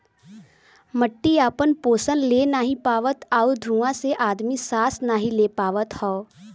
मट्टी आपन पोसन ले नाहीं पावत आउर धुँआ से आदमी सांस नाही ले पावत हौ